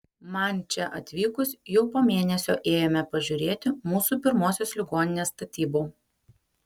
man čia atvykus jau po mėnesio ėjome pažiūrėti mūsų pirmosios ligoninės statybų